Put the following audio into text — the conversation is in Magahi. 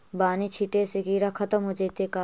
बानि छिटे से किड़ा खत्म हो जितै का?